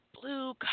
blue